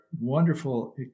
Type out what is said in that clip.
wonderful